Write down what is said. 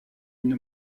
une